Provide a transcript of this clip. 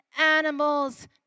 animals